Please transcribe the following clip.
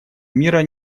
мира